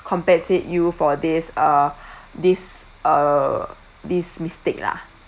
compensate you for this uh this uh this mistake lah